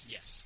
Yes